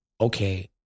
okay